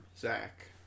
Zach